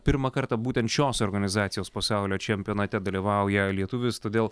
pirmą kartą būtent šios organizacijos pasaulio čempionate dalyvauja lietuvis todėl